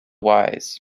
wise